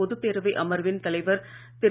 பொதுப் பேரவை அமர்வின் தலைவர் திரு